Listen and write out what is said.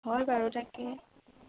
হয় বাৰু তাকে